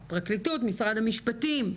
פרקליטות, משרד המשפטים,